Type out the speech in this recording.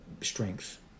strength